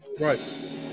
right